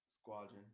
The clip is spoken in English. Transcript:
squadron